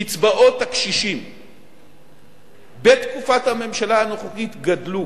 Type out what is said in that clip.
קצבאות הקשישים בתקופת הממשלה הנוכחית גדלו